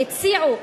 שהציעו,